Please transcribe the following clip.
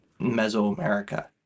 Mesoamerica